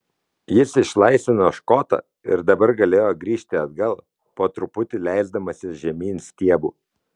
jis išlaisvino škotą ir dabar galėjo grįžti atgal po truputį leisdamasis žemyn stiebu